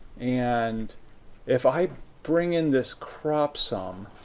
and if i bring in this crop some